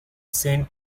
saint